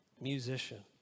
musician